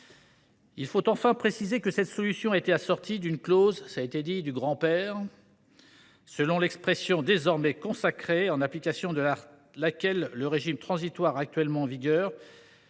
Il faut enfin préciser que cette solution a été assortie d’une clause du grand père, selon l’expression désormais consacrée, en application de laquelle le régime transitoire en vigueur,